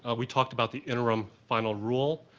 ah we talked about the interim final rule.